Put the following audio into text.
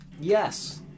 Yes